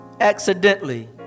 accidentally